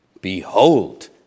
Behold